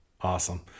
Awesome